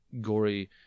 gory